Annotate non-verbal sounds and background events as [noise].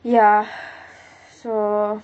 ya [noise] so